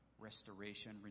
restoration